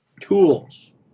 Tools